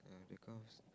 mm that kind of